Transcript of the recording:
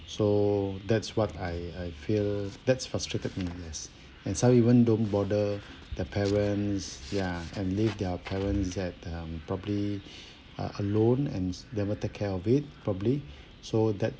so that's what I I feel that's frustrated me yes and some even don't bother the parents ya and leave their parents that um properly uh alone and never take care of it properly so that